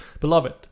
beloved